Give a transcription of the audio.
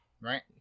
Right